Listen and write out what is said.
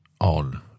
on